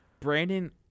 Brandon